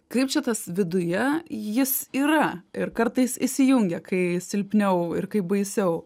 kaip čia tas viduje jis yra ir kartais įsijungia kai silpniau ir kai baisiau